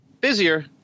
Busier